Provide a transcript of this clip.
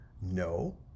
No